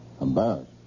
Embarrassed